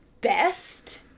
best